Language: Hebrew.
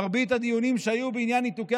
מרבית הדיונים שהיו בעניין ניתוקי